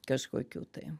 kažkokių tai